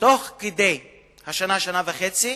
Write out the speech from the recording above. ותוך כדי השנה שנה-וחצי